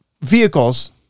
vehicles